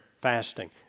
fasting